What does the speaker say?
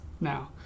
now